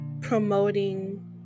promoting